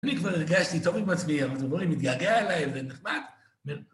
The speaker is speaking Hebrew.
אני כבר הרגשתי טוב עם עצמי, הרב תבורי מתגעגע אליי, זה נחמד.